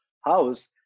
house